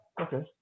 Okay